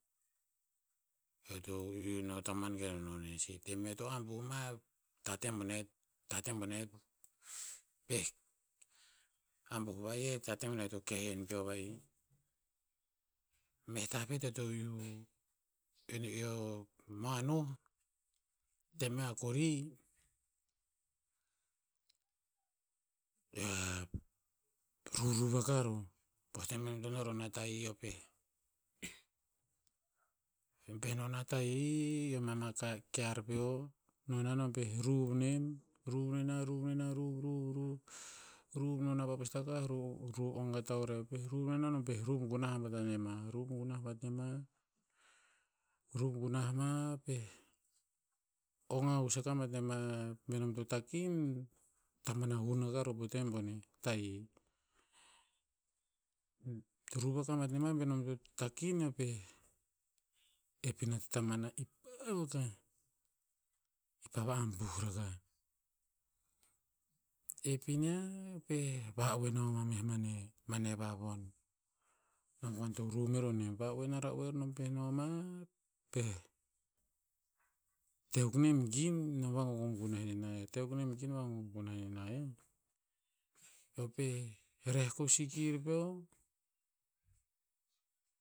Eo to iu no tamuan gen o no nen sih. Tem eo to abuh ma, tate bone- tate bone, pa'eh abuh va'ih tate bone to keh en peo va'ih. Meh tah pet eo to iu, moan noh, tem eo a kori, eo a, ruruv aka roh. Poh tem nom to no rona tahi eo pa'eh, nom pa'eh no na tahi. Eo mea ma kar- kear peo. No na nom pa'eh ruv nem, ruv nena- ruv nena- ruv- ruv- ruv. Ruv, no na pa postakah ruv- ruv ong a taurev. Pa'eh ruv nena nom pa'eh ruv gunah bat a nema. Ruv gunah bat nema, ruv gunah ma, pa'eh, ong a hus aka bat nema be nom to takin, taman a hun aka ro po tem boneh. Tahi. Ruv aka bat nema be nom to takin, eo pa'eh ep ina tataman na ipav akah. Ipav a abuh rakah. Ep iniah, pa'eh va'oe na o mameh mane. Mane va von. ruv mero nem. Va'oe na ra'oer nom pa'eh no ma, pa'eh, te akuk nem gin nom vagogom gunah nena yiah. Vagogom gunah nena yiah. Eo pa'eh reh ko sikir peo,